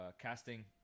Casting